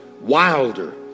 wilder